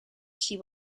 she